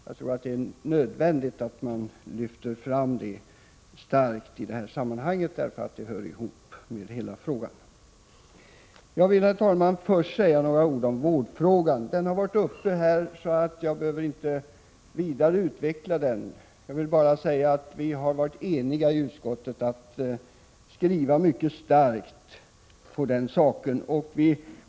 Jag tror det är nödvändigt att man lyfter fram den starkt i sammanhanget, eftersom den har samband med hela frågan. För det första, herr talman, vill jag säga några ord om vårdfrågan. Den har varit uppe här tidigare, så jag behöver inte vidareutveckla den. Vi har varit eniga i utskottet om att skriva mycket starkt i saken.